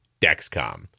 Dexcom